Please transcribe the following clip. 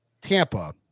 Tampa